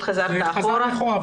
אתה חזרת אחורה.